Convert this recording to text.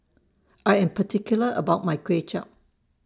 I Am particular about My Kway Chap